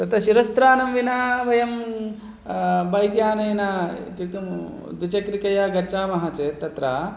तत् शिरस्त्रानं विना वयं बैक् यानेन इत्युक्ते द्विचक्रिकया गच्छ मः चेत् तत्र